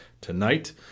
tonight